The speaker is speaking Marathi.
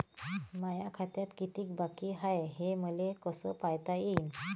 माया खात्यात कितीक बाकी हाय, हे मले कस पायता येईन?